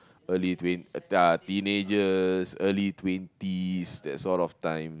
early twen~ ya teenagers early twenties that sort of time